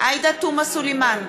עאידה תומא סלימאן,